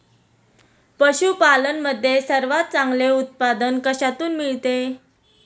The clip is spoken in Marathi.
पशूपालन मध्ये सर्वात चांगले उत्पादन कशातून मिळते?